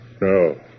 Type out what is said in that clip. No